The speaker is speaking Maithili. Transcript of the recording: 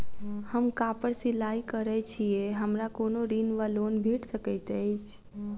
हम कापड़ सिलाई करै छीयै हमरा कोनो ऋण वा लोन भेट सकैत अछि?